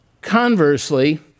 Conversely